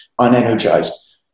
unenergized